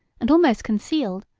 and almost concealed,